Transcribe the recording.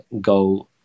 go